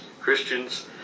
Christians